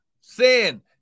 Sin